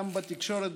גם בתקשורת,